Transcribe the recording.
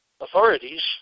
authorities